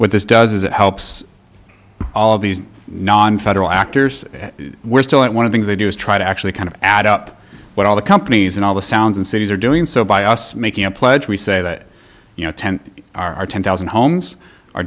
t this does is it helps all these nonfederal actors were still at one of things they do is try to actually kind of add up what all the companies and all the sounds and cities are doing so by us making a pledge we say that you know ten are ten thousand homes